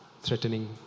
threatening